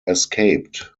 escaped